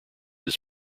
his